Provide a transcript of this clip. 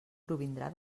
provindrà